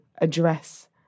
address